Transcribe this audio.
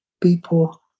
people